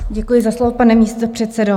Děkuji za slovo, pane místopředsedo.